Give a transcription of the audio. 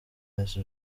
wese